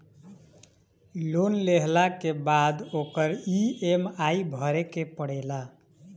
loan लेहला के बाद ओकर इ.एम.आई भरे के पड़ेला